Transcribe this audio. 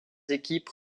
équipes